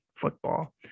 football